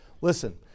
Listen